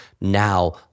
now